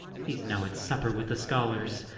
he's now at supper with the scholars,